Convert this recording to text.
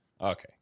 Okay